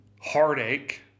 heartache